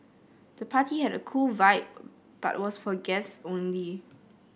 the party had a cool vibe but was for guests only